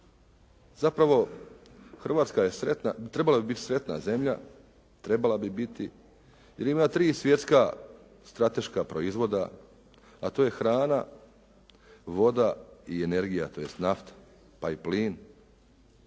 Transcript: zapravo Hrvatska je sretna, trebala bi biti sretna zemlja, trebala bi biti jer ima tri svjetska strateška proizvoda a to je hrana, voda i energija tj. nafta pa i plin.